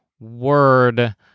word